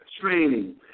training